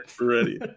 Ready